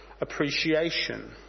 appreciation